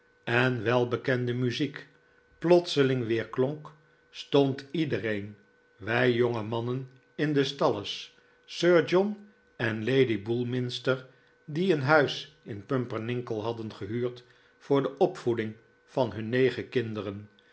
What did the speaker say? en welbekende muziek plotseling weerklonk stond iedereen wij jonge mannen in de stalles sir john en lady bullminster die een huis in pumpernickel hadden gehuurd voor de opvoeding van hun negen kinderen